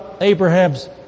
Abraham's